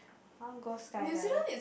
I want go skydiving